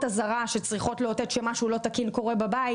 אזהרה שצריכות לאותת כשמשהו לא תקין קורה בבית.